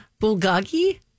Bulgogi